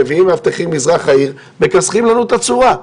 מביאים מאבטחים ממזרח העיר והם מכסחים לנו את הצורה'.